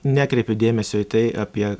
nekreipiu dėmesio į tai apie